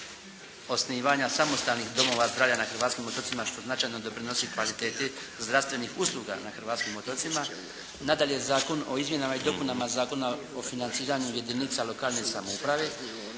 osnivanja samostalnih domova zdravlja na hrvatskim otocima što značajno doprinosi kvaliteti zdravstvenih usluga na hrvatskim otocima. Nadalje Zakon o izmjenama i dopunama Zakona o financiranju jedinica lokalne samouprave